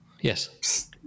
Yes